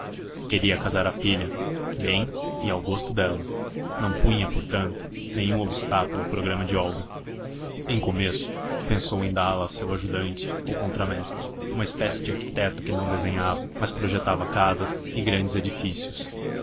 queria casar a filha bem e ao gosto dela não punha portanto nenhum obstáculo ao programa de olga em começo pensou em dá-la a seu ajudante ou contramestre uma espécie de arquiteto que não desenhava mas projetava casas e grandes edifícios